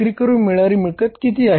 विक्री करून मिळणारी मिळकत किती आहे